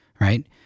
right